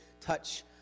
Touch